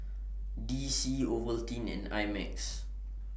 D C Ovaltine and I Max